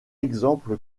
exemple